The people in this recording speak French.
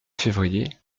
février